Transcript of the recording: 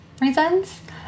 reasons